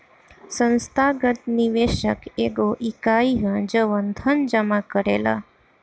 संस्थागत निवेशक एगो इकाई ह जवन धन जामा करेला